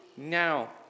Now